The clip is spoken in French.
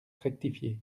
rectifié